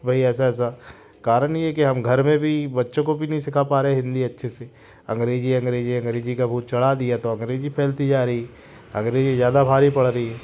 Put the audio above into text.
भाई ऐसा ऐसा कारण ये है कि हम घर में भी बच्चों को भी नहीं सीखा पा रहे हैं हिंदी अच्छे से अंग्रेजी अंग्रेजी अंग्रजी का भूत का चढ़ा दिया तो अंग्रेजी फैलती जा रही है अंग्रजी ज़्यादा भारी पड़ रही है